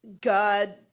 God